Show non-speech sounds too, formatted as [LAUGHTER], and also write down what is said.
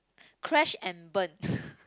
crash and burn [BREATH]